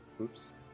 Oops